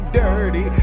dirty